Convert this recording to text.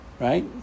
right